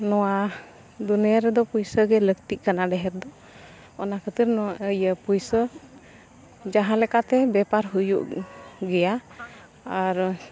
ᱱᱚᱣᱟ ᱫᱩᱱᱤᱭᱟᱹ ᱨᱮᱫᱚ ᱯᱚᱭᱥᱟ ᱜᱮ ᱞᱟᱹᱠᱛᱤᱜ ᱠᱟᱱᱟ ᱰᱷᱮᱨ ᱫᱚ ᱚᱱᱟ ᱠᱷᱟᱹᱛᱤᱨ ᱱᱚᱣᱟ ᱤᱭᱟᱹ ᱯᱚᱭᱥᱟ ᱡᱟᱦᱟᱸ ᱞᱮᱠᱟᱛᱮ ᱵᱮᱯᱟᱨ ᱦᱩᱭᱩᱜ ᱜᱮᱭᱟ ᱟᱨ